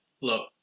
look